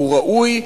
הוא ראוי,